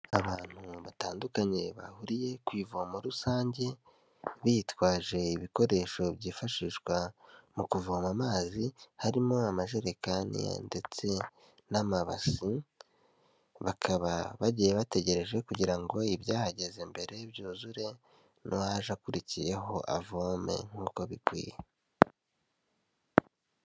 Abantu batandukanye, bahuriye ku ivomo rusange, bitwaje ibikoresho byifashishwa mu kuvoma amazi, harimo amajerekani ndetse n'amabase, bakaba bagiye bategereje, kugira ngo ibyahageze mbere byuzure, n'uwaje akurikiyeho avome, nk'uko bikwiye.